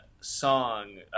song